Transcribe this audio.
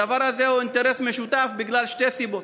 הדבר הזה הוא אינטרס משותף בגלל שתי סיבות: